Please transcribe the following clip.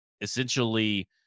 essentially